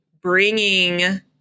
bringing